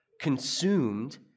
consumed